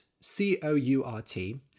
C-O-U-R-T